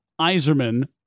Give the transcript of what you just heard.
Iserman